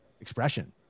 expression